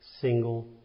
single